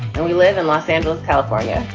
and we live in los angeles, california.